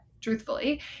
truthfully